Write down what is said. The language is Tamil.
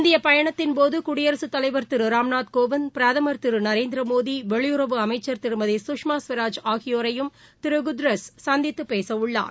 இந்தியபயணத்தின்பாதுகுடியரசுத் தலைவர் திருராம்நாத் கோவிந்த் பிரதமர் திருநரேந்திரமோடி வெளியுறவு அமைச்சர் திருமதி கஷ்மாகவராஜ் ஆகியோரையும் திருகுட்ரஸ் சந்தித்துபேசவுள்ளார்